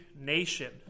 nation